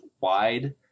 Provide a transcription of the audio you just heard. wide